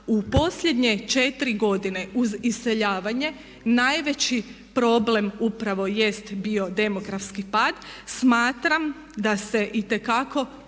u posljednje četiri godine uz iseljavanje najveći problem upravo jest bio demografski pad smatram da se itekako